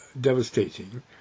devastating